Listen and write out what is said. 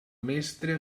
mestre